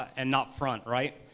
and upfront right,